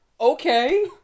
okay